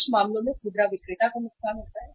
कुछ मामलों में खुदरा विक्रेता को नुकसान होता है